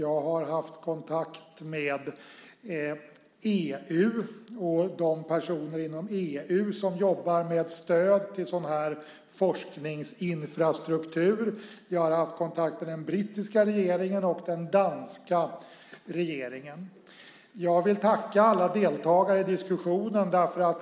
Jag har haft kontakt med EU och de personer inom EU som jobbar med stöd till forskningsinfrastruktur. Jag har haft kontakt med den brittiska regeringen och den danska regeringen. Jag vill tacka alla deltagare i diskussionen.